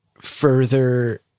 further